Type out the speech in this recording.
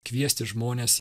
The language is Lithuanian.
kviesti žmones